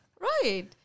right